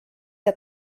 que